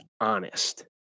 honest